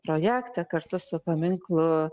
projektą kartu su paminklu